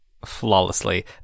flawlessly